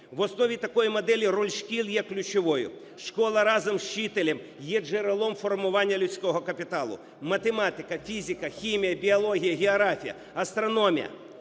В основі такої моделі роль шкіл є ключовою. Школа разом з вчителем є джерелом формування людського капіталу. Математика, фізика, хімія, біологія, географія, астрономія